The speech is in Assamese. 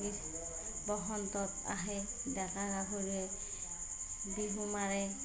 বসন্ত আহে ডেকা গাহৰিৱে বিহু মাৰে